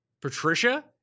Patricia